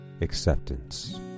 acceptance